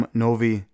novi